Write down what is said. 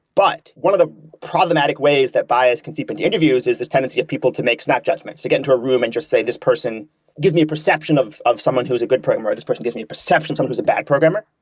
but one of the problematic ways that bias can seep into interviews is this tendency of people to make snap judgments, to get into a room and just say, this person gives me a perception of of someone who's a good programmer or this person gives me a perception or someone who's a bad programmer,